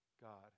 God